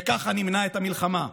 וככה נמנע את המלחמה.